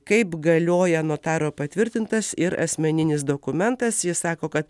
kaip galioja notaro patvirtintas ir asmeninis dokumentas jis sako kad